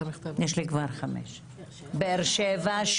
יש לי כבר 5. באר שבע,